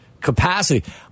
capacity